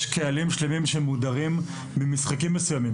יש קהלים שלמים שמודרים ממשחקים מסוימים.